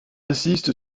insiste